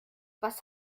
was